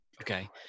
okay